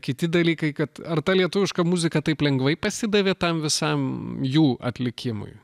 kiti dalykai kad ar ta lietuviška muzika taip lengvai pasidavė tam visam jų atlikimui